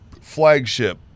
flagship